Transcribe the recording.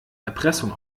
erpressung